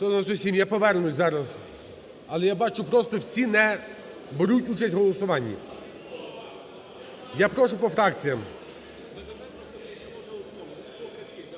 За-197 Я повернусь зараз, але я бачу просто всі не беруть участь в голосуванні. Я прошу по фракціям.